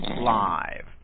live